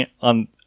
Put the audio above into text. on